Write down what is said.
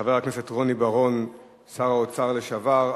לחבר הכנסת רוני בר-און, שר האוצר לשעבר.